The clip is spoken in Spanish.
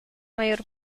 mayor